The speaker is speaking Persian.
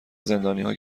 زندانیها